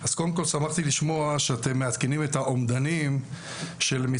אז אנחנו למעשה בשלב האחרון של הכנת